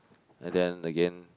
and then again